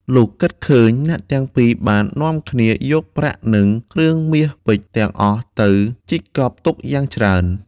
លុះគិតឃើញ អ្នកទាំងពីរបាននាំគ្នាយកប្រាក់និងគ្រឿងមាសពេជ្រទាំងអស់ទៅជីកកប់ទុកយ៉ាងច្រើន។